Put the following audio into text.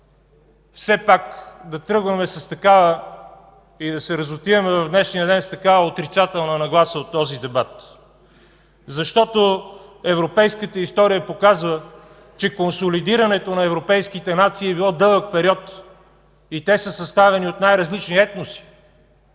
все пак да тръгваме и да се разотиваме в днешния ден с такава отрицателна нагласа от този дебат, защото европейската история показва, че консолидирането на европейските нации е било дълъг период и те са съставени от най-различни етноси,